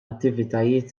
attivitajiet